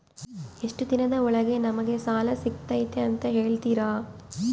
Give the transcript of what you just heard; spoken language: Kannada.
ಎಷ್ಟು ದಿನದ ಒಳಗೆ ನಮಗೆ ಸಾಲ ಸಿಗ್ತೈತೆ ಅಂತ ಹೇಳ್ತೇರಾ?